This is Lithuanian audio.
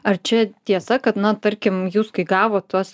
ar čia tiesa kad na tarkim jūs kai gavot tuos